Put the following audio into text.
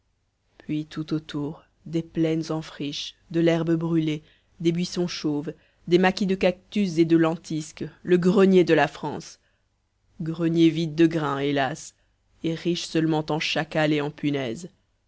puis tout autour des plaines en friche de l'herbe brûlée des buissons chauves des maquis de cactus et de lentisques le grenier de la france grenier vide de grains hélas et riche seulement en chacals et en punaises